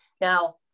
Now